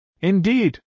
Indeed